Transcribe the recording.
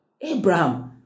abraham